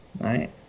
Right